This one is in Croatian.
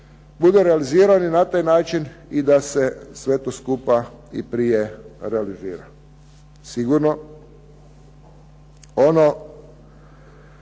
budu realizirani na taj način i da se sve to skupa i prije realizira. Sigurno ono